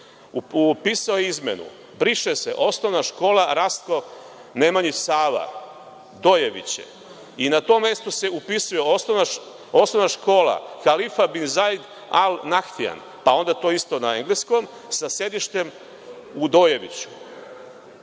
upisao izmenu – briše se osnovna škola „Rastko Nemanjić Sava“, Dojeviće, i na tom mestu se upisuje osnovna škola „Kalifa Binzaid Al Nahtjan“, pa onda to isto na engleskom, sa sedištem u Dojeviću.